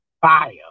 Fire